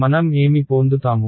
మనం ఏమి పోందుతాము